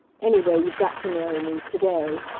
any way, you've got to marry me to-day.